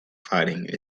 fighting